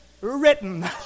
written